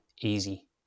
Easy